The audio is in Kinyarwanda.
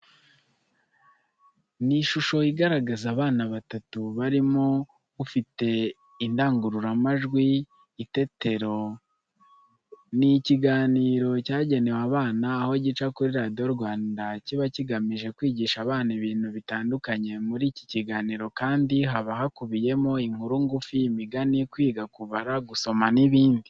Ni ishusho igaragaza abana batatu, harimo ufite indangururamajwi. Itetero ni ikiganiro cyagenewe abana, aho gica kuri Radiyo Rwanda, kiba kigamije kwigisha abana ibintu bitandukanye. Muri iki kiganiro kandi haba hakubiyemo inkuru ngufi, imigani, kwiga kubara, gusoma n'ibindi.